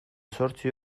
zortzi